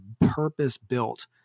purpose-built